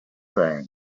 things